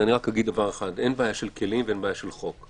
אין בעיה של כלים ואין בעיה של חוק.